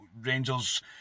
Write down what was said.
Rangers